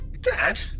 Dad